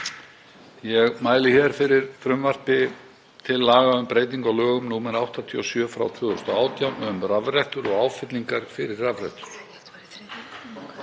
Ég mæli hér fyrir frumvarpi til laga um breytingu á lögum nr. 87/2018, um rafrettur og áfyllingar fyrir rafrettur.